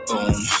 Boom